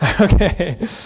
Okay